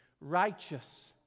righteous